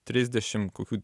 trisdešim kokių